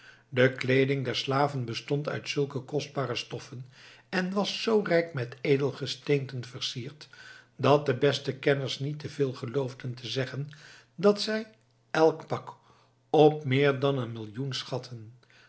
de kleeding der slaven bestond uit zulke kostbare stoffen en was zoo rijk met edelgesteenten versierd dat de beste kenners niet te veel geloofden te zeggen wanneer zij elk pak op meer dan een millioen schatten